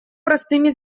простыми